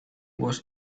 was